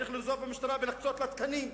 צריך לנזוף במשטרה ולהקצות לה תקנים.